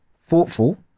thoughtful